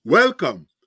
Welcome